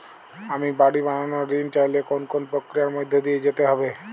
আমি বাড়ি বানানোর ঋণ চাইলে কোন কোন প্রক্রিয়ার মধ্যে দিয়ে যেতে হবে?